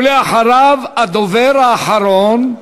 ואחריו הדובר האחרון,